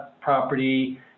property